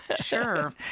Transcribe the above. sure